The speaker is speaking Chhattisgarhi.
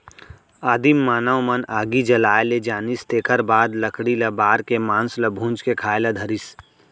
आदिम मानव मन आगी जलाए ले जानिस तेखर बाद लकड़ी ल बार के मांस ल भूंज के खाए ल धरिस